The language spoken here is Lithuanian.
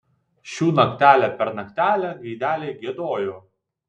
šių naktelę per naktelę gaideliai giedojo